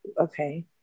Okay